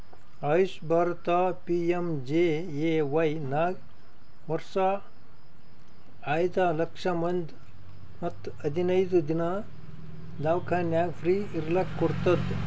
AYUSH Bharat PMJAY ನಾಗ್ ವರ್ಷ ಐಯ್ದ ಲಕ್ಷ ಮತ್ ಹದಿನೈದು ದಿನಾ ದವ್ಖಾನ್ಯಾಗ್ ಫ್ರೀ ಇರ್ಲಕ್ ಕೋಡ್ತುದ್